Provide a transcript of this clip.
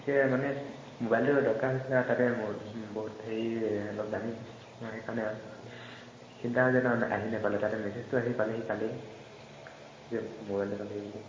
তাকে মানে মোবাইলটো দৰকাৰ হৈছিলে আৰু তাতে বহুত হেৰি অলপ দামী বস্তু সেইকাৰণে চিন্তা হৈ আহি নেপালে তাতে মেছেজটো আহি পালে মোবাইলটো পালেহি বুলি